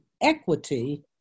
equity